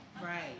Right